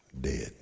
dead